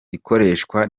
ikoresha